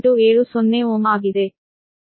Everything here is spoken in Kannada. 870Ω ಆಗಿದೆ